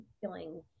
feeling